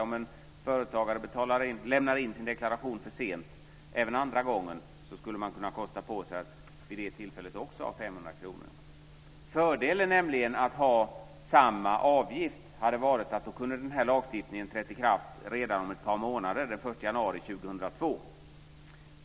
Om en företagare lämnar in sin deklaration för sent även andra gången skulle man kunna kosta på sig att också vid det tillfället ha 500 kr. Fördelen med att ha samma avgift hade nämligen varit att lagstiftningen hade kunnat träda i kraft redan om ett par månader, den 1 januari 2002.